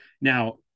now